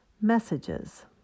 Messages